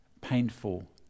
painful